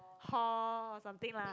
hall or something lah